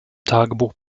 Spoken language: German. tagebuch